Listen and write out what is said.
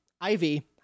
Ivy